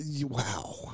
Wow